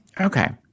Okay